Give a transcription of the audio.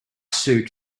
suit